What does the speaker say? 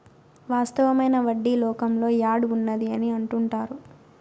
వాస్తవమైన వడ్డీ లోకంలో యాడ్ ఉన్నది అని అంటుంటారు